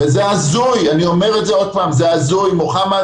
זה הזוי, אני אומר את זה עוד פעם, זה הזוי, מוחמד,